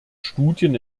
studien